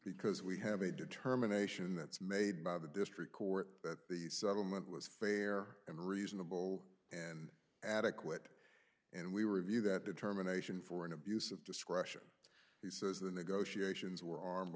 because we have a determination that's made by the district court that the settlement was fair and reasonable and adequate and we were review that determination for an abuse of discretion he says the negotiations were ar